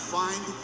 find